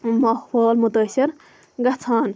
ماحول مُتٲثِر گَژھان